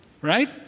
right